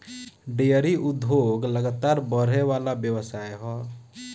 dairy उद्योग लगातार बड़ेवाला व्यवसाय ह